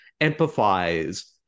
empathize